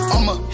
I'ma